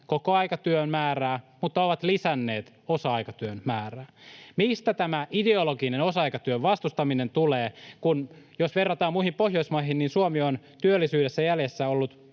kokoaikatyön määrää mutta ovat lisänneet osa-aikatyön määrää. Mistä tämä ideologinen osa-aikatyön vastustaminen tulee, kun, jos verrataan muihin Pohjoismaihin, Suomi on työllisyydessä ollut